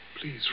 Please